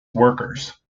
workers